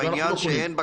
ואנחנו לא קונים.